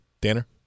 Danner